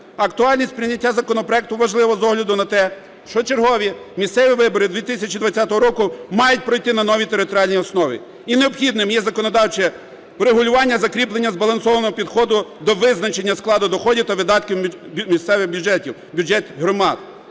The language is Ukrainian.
Актуальність прийняття законопроекту важливо з огляду на те, що чергові місцеві вибори 2020 року мають пройти на новій територіальній основі. І необхідним є законодавче врегулювання закріплення збалансованого підходу до визначення складу доходів та видатків місцевих бюджетів, бюджетів громад.